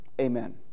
Amen